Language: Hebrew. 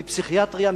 מפסיכיאטריה,